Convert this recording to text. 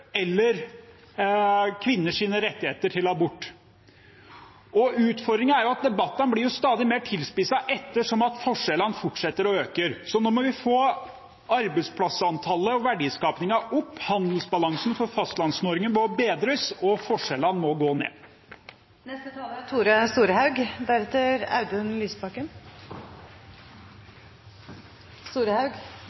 at debattene blir stadig mer tilspisset ettersom forskjellene forsetter å øke, så nå må vi få arbeidsplassantallet og verdiskapingen opp, handelsbalansen for Fastlands-Norge må bedres, og forskjellene må gå ned. Eg må ta opp nokre av trådane som har blitt kasta ut i debatten. Ein av dei er